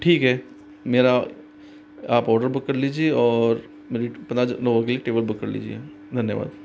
ठीक है मेरा आप ऑर्डर बुक कर लिजिए और मेरी पंद्रह जन लोगों के लिए टेबल बुक कर लिजिए धन्यवाद